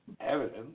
evidence